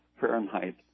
Fahrenheit